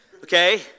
Okay